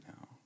now